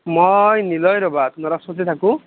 মই নিলয় ৰ'বা তোমাৰ ওচৰতে থাকোঁ